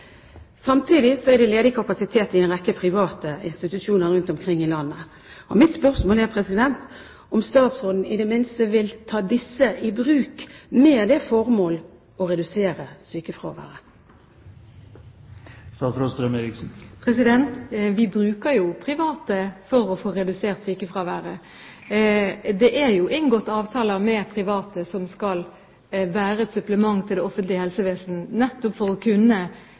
Samtidig er det ledig kapasitet i en rekke private institusjoner rundt omkring i landet. Mitt spørsmål er om statsråden i det minste vil ta disse i bruk, med det formål å redusere sykefraværet. Vi bruker jo private for å få redusert sykefraværet. Det er inngått avtaler med private, som skal være et supplement til det offentlige helsevesen for nettopp å kunne